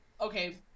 okay